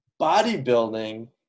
Bodybuilding